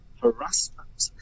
harassment